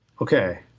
Okay